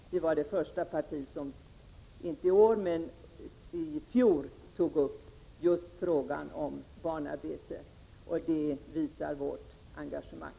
Centern var det första parti som, inte i år men i fjol, tog upp just frågan om barnarbete. Det visar vårt engagemang.